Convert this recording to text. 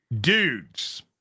Dudes